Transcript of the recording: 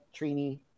Trini